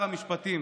אדוני שר המשפטים,